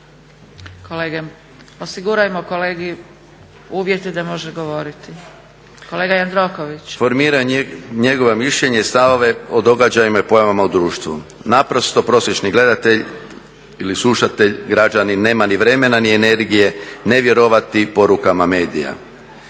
Kolege, osigurajmo kolegi uvjete da može govoriti. Kolega Jandroković! **Blažeković, Boris (HNS)** Formiranje njegova mišljenja i stavove o događajima i pojavama u društvu. Naprosto prosječni gledatelj ili slušatelj, građanin, nema ni vremena ni energije ne vjerovati porukama medija.